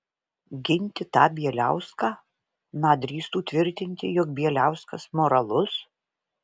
ginti tą bieliauską na drįstų tvirtinti jog bieliauskas moralus